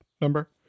number